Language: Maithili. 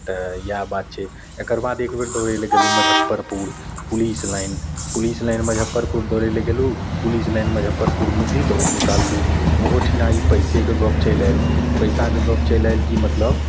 तऽ इहए बात छै एकरबाद एक बेर दौड़े लए गेलहुॅं Muzaffarpur police line police line Muzaffarpur दौड़े लए गेलहुॅं तऽ पुलिस लाइन मुजफ्फरपुरमे भी दौड़ निकाललहुॅं ओहो ठिना ई पैसेके गप चैलि आयल पैसाके गप चैलि आयल कि मतलब